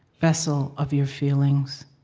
vessel of your feelings.